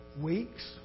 weeks